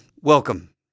Welcome